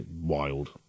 Wild